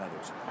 others